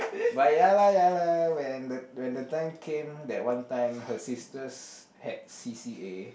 but ya lah ya lah when the when the time came that one time her sisters had c_c_a